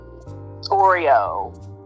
oreo